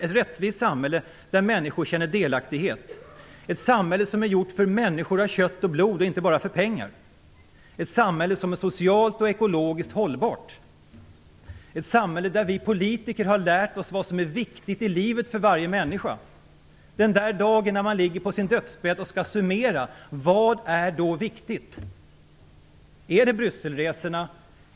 Det rättvisa samhället där människor känner delaktighet! Ett samhälle som är gjort för människor av kött och blod - inte bara för pengar! Ett samhälle som är socialt och ekologiskt hållbart! Ett samhälle där vi politiker har lärt oss vad som är viktigt i livet för varje människa! Den dagen man ligger på sin dödsbädd och skall summera är frågan vad som egentligen är viktigt. Är det resorna till Bryssel?